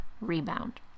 rebound